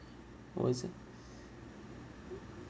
was it